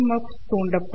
F தூண்டப்படும்